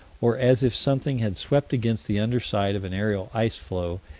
or as if something had swept against the under side of an aerial ice floe,